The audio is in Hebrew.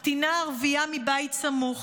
קטינה ערבייה מבית סמוך,